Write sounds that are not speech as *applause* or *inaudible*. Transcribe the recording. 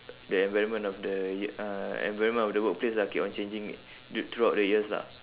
the environment of the ye~ uh environment of the workplace lah keep on changing *noise* throughout the years lah